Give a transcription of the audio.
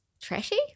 trashy